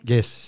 Yes